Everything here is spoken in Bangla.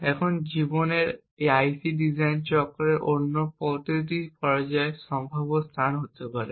সুতরাং এই জীবনের আইসি ডিজাইন চক্রের অন্য প্রতিটি পর্যায়ে সম্ভাব্য স্থান হতে পারে